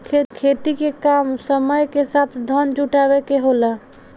खेती के काम समय के साथ धन जुटावे के होला